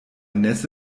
nässe